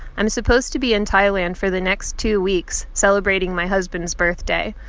i'm supposed to be in thailand for the next two weeks celebrating my husband's birthday,